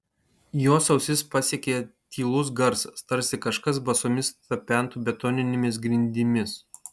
jos ausis pasiekė tylus garsas tarsi kažkas basomis tapentų betoninėmis grindimis